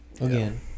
again